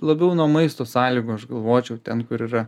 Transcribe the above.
labiau nuo maisto sąlygų aš galvočiau ten kur yra